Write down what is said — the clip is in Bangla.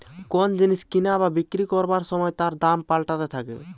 কোন জিনিস কিনা বা বিক্রি করবার সময় তার দাম পাল্টাতে থাকে